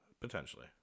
Potentially